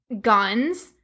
guns